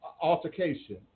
altercation